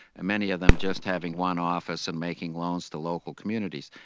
and many of them just having one office and making loans to local communities.